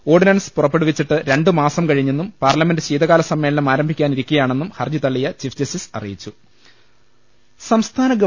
ordinance പുറപ്പെടുവിച്ചിട്ട് രണ്ടു മാസം കഴിഞ്ഞെന്നും പാർലമെന്റ് ശീതകാല സമ്മേളനം ആരം ഭിക്കാനിരിക്കയാണെന്നും ഹർജി തള്ളിയ ചീഫ് ജസ്റ്റിസ് അറി യിച്ചു സംസ്ഥാന ഗവ